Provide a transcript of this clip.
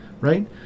right